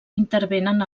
intervenen